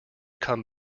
come